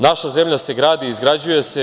Naša zemlja se gradi i izgrađuje se.